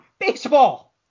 baseball